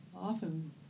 often